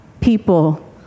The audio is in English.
people